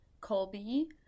Colby